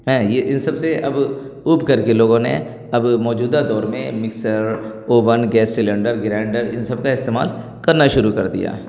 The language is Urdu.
ایں یہ ان سب سے اب اوب کر کے لوگوں نے اب موجودہ دور میں mixer oven gas cylinder grinder ان سب کا استعمال کرنا شروع کر دیا ہے